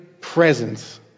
presence